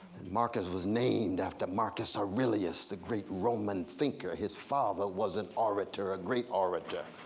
marcus was named after marcus aurelius, the great roman thinker, his farmer was an orator, a great orator,